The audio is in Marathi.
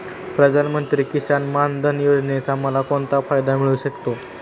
प्रधानमंत्री किसान मान धन योजनेचा मला कोणता फायदा मिळू शकतो?